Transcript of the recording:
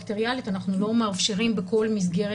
אנחנו שמענו מנציג משרד הבריאות שהממוצע לא בימים של העומסים,